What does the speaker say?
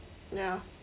ya